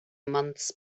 months